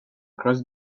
cross